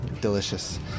delicious